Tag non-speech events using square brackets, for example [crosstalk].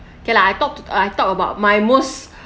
okay lah I talk to I talk about my most [breath]